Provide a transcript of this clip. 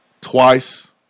twice